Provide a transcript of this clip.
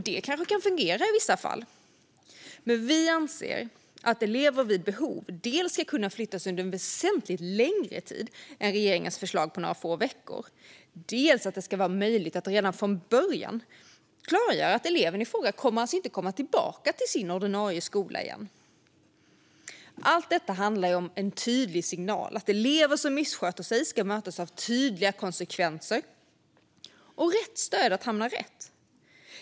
Det kanske kan fungera i vissa fall, men vi anser att elever vid behov ska kunna flyttas under en väsentligt längre tid än några få veckor, som är regeringens förslag, och att det ska vara möjligt att redan från början klargöra att eleven i fråga inte kommer att komma tillbaka till sin ordinarie skola. Allt detta handlar om en tydlig signal. Elever som missköter sig ska mötas av tydliga konsekvenser och rätt stöd för att hamna rätt.